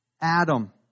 Adam